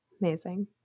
Amazing